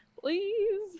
Please